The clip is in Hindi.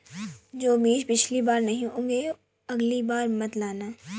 जो बीज पिछली बार नहीं उगे, अगली बार मत लाना